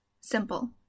Simple